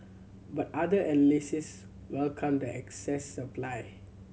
but other welcomed excess supply